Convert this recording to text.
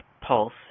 pulse